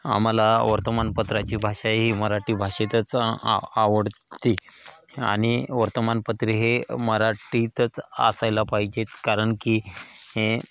आम्हाला वर्तमानपत्राची भाषा ही मराठी भाषेतच आ आवडते आणि वर्तमानपत्रे हे मराठीतच असायला पाहिजेत कारण की हे